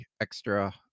extra